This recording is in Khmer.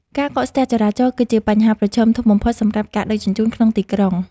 ការកកស្ទះចរាចរណ៍គឺជាបញ្ហាប្រឈមធំបំផុតសម្រាប់ការដឹកជញ្ជូនក្នុងទីក្រុង។